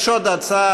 יש עוד הצעה.